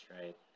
right